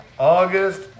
August